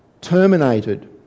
terminated